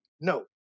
No